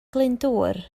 glyndŵr